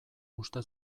uste